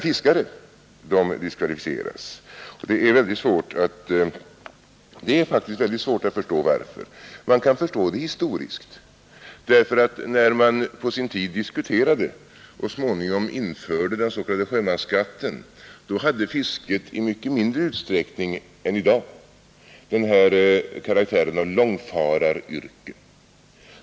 Fiskare diskvalificeras däremot. Det är faktiskt mycket svårt att förstå varför. Historiskt kan vi förstå det, därför att när man på sin tid diskuterade och småningom införde den s.k. sjömansskatten hade fisket i mycket mindre utsträckning än i dag karaktären av långfararyrke.